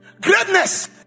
greatness